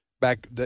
back